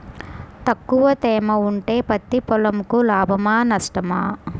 తక్కువ తేమ ఉంటే పత్తి పొలంకు లాభమా? నష్టమా?